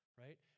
right